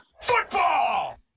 Football